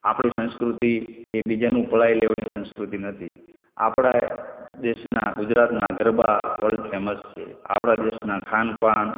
આપણી સંસ્કૃતિ એ બીજાનું પડાવી લેવાની સંસ્કૃતિ નથી આપણાં દેશનાં ગુજરાતના ગરબા વર્લ્ડ ફેમસ છે આપણાં દેશનાં ખાન પાન